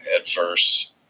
adverse